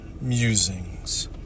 Musings